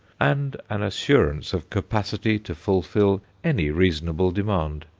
and an assurance of capacity to fulfil any reasonable demand.